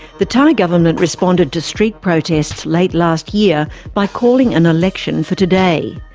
the thai government responded to street protests late last year by calling an election for today.